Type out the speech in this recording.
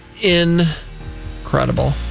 Incredible